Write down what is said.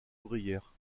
ouvrière